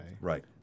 Right